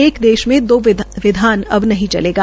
एक देश में दो विधान अब नहीं चलेगा